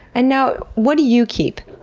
and now, what do you keep?